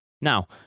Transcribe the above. Now